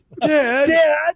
dad